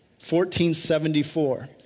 1474